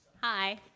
Hi